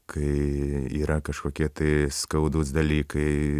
kai yra kažkokie tai skaudūs dalykai